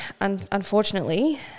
unfortunately